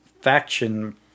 faction